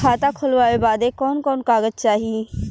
खाता खोलवावे बादे कवन कवन कागज चाही?